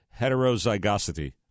heterozygosity